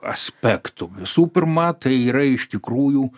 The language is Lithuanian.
aspektų visų pirma tai yra iš tikrųjų